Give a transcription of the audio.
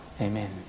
amen